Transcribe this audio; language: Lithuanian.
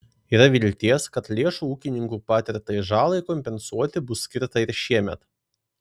yra vilties kad lėšų ūkininkų patirtai žalai kompensuoti bus skirta ir šiemet